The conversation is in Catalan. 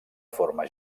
forma